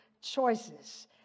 choices